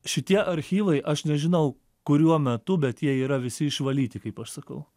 šitie archyvai aš nežinau kuriuo metu bet jie yra visi išvalyti kaip aš sakau